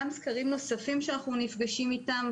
גם סקרים נוספים שאנחנו נפגשים איתם,